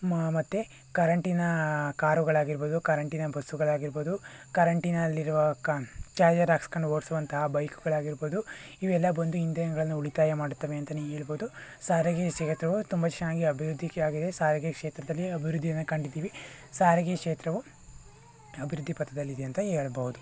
ಮತ್ತು ಕರೆಂಟಿನ ಕಾರುಗಳಾಗಿರ್ಬೋದು ಕರೆಂಟಿನ ಬಸ್ಸುಗಳಾಗಿರ್ಬೋದು ಕರೆಂಟಿನಲ್ಲಿರುವ ಚಾರ್ಜರ್ ಹಾಕ್ಸ್ಕೊಂಡು ಓಡಿಸುವಂತಹ ಬೈಕುಗಳು ಆಗಿರ್ಬೋದು ಇವೆಲ್ಲ ಬಂದು ಇಂಧನಗಳನ್ನ ಉಳಿತಾಯ ಮಾಡುತ್ತವೆ ಅಂತಲೇ ಹೇಳ್ಬೋದು ಸಾರಿಗೆ ಸಿಗುತ್ತವೆ ತುಂಬ ಚೆನ್ನಾಗಿ ಅಭಿವೃದ್ಧಿ ಆಗಿದೆ ಸಾರಿಗೆ ಕ್ಷೇತ್ರದಲ್ಲಿ ಅಭಿವೃದ್ಧಿಯನ್ನು ಕಂಡಿದ್ದೀವಿ ಸಾರಿಗೆ ಕ್ಷೇತ್ರವು ಅಭಿವೃದ್ಧಿ ಪಥದಲ್ಲಿ ಇದೆ ಅಂತ ಹೇಳ್ಬೋದು